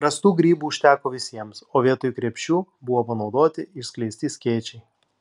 rastų grybų užteko visiems o vietoj krepšių buvo panaudoti išskleisti skėčiai